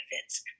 benefits